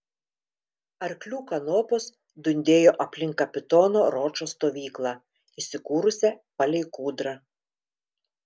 arklių kanopos dundėjo aplink kapitono ročo stovyklą įsikūrusią palei kūdrą